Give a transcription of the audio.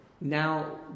now